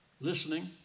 listening